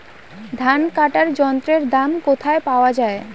ধান কাটার যন্ত্রের দাম কোথায় পাওয়া যায়?